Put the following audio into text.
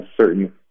certain